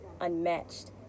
unmatched